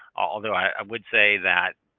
although i would say that